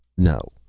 no.